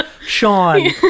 sean